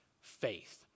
faith